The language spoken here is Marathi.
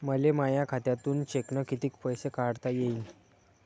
मले माया खात्यातून चेकनं कितीक पैसे काढता येईन?